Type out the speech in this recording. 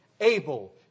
able